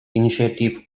initiative